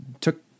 took